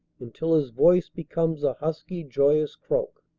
until his voice becomes a husky joyous croak.